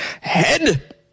head